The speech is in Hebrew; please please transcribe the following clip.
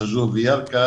סג'ור וירכא